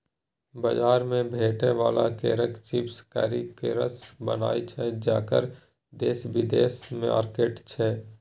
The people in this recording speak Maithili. बजार मे भेटै बला केराक चिप्स करी केरासँ बनय छै जकर देश बिदेशमे मार्केट छै